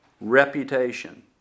reputation